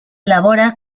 elabora